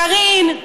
קארין,